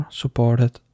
supported